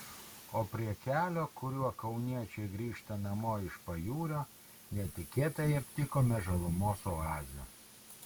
o prie kelio kuriuo kauniečiai grįžta namo iš pajūrio netikėtai aptikome žalumos oazę